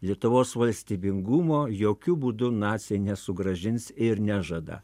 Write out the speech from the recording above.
lietuvos valstybingumo jokiu būdu naciai nesugrąžins ir nežada